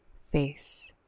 face